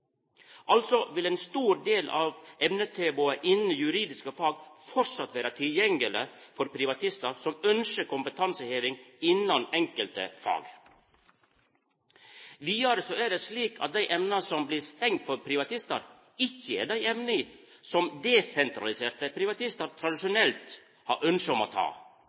Altså vil ein stor del av emnetilbodet innan juridiske fag framleis vera tilgjengelege for privatistar som ønskjer kompetanseheving innan enkelte fag. Vidare er det slik at dei emna som blir stengde for privatistar, ikkje er dei emna som desentraliserte privatistar tradisjonelt har ønske om å ta.